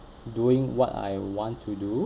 doing what I want to do